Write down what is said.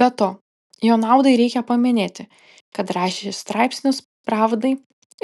be to jo naudai reikia paminėti kad rašė straipsnius pravdai